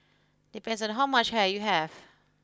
depends on how much hair you have